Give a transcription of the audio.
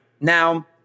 Now